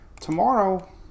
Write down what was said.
Tomorrow